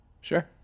Sure